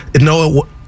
No